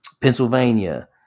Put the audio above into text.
Pennsylvania